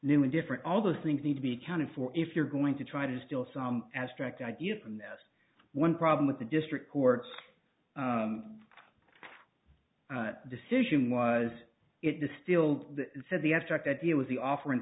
new and different all those things need to be accounted for if you're going to try to steal some abstract idea from this one problem with the district courts decision was it distilled said the abstract idea with the offer in